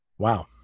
Wow